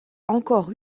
encore